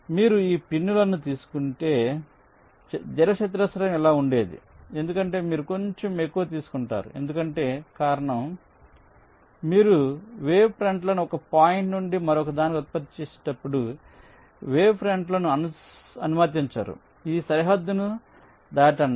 కాబట్టి మీరు ఈ పిన్నులను తీసుకుంటే దీర్ఘచతురస్రం ఇలా ఉండేది ఎందుకంటే మీరు కొంచెం ఎక్కువ తీసుకుంటారు ఎందుకంటే కారణం ఏమిటంటే మీరు వేవ్ ఫ్రంట్లను ఒక పాయింట్ నుండి మరొకదానికి ఉత్పత్తి చేసేటప్పుడు మీరు వేవ్ ఫ్రంట్ను అనుమతించరు ఈ సరిహద్దును దాటండి